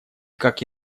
как